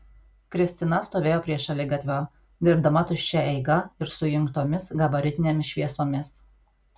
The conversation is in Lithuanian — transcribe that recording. kristina stovėjo prie šaligatvio dirbdama tuščia eiga ir su įjungtomis gabaritinėmis šviesomis